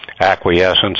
acquiescence